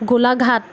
Golaghat